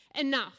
enough